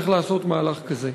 צריך לעשות מהלך כזה.